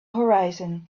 horizon